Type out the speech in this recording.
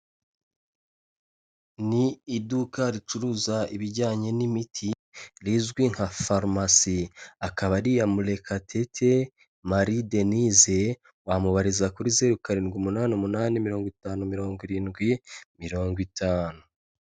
Ni iduka ricuruza ibijyanye n'imiti rizwi nka farumasi, akaba ari iya Murekatete Marie Denise, wamubariza kuri zeru karindwi umunani umunani mirongo itanu mirongo irindwi mirongo itanu.